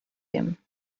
him